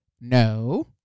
no